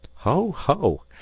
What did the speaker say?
ho! ho!